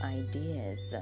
ideas